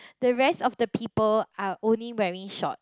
the rest of the people are only wearing shorts